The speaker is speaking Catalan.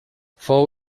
fou